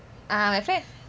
ah my f~